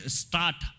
start